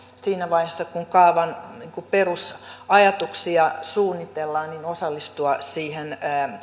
siinä vaiheessa kun kaavan perusajatuksia suunnitellaan osallistua siihen